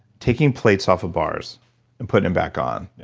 taking plates off of bars and putting them back on?